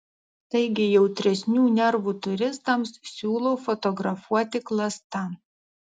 taigi jautresnių nervų turistams siūlau fotografuoti klasta